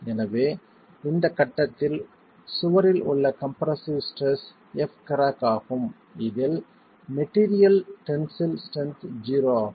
எனவே இந்த கட்டத்தில் சுவரில் உள்ள கம்ப்ரசிவ் ஸ்ட்ரெஸ் f கிராக் ஆகும் இதில் மெட்டிரியல் டென்சில் ஸ்ட்ரென்த் 0 ஆகும்